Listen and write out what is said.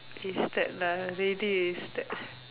wasted lah really wasted